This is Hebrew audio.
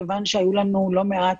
מכיוון שהיו לנו לא מעט